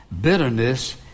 Bitterness